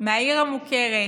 מהעיר המוכרת,